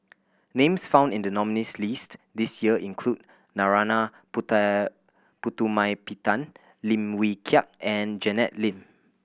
names found in the nominees' list this year include Narana Putumaippittan Lim Wee Kiak and Janet Lim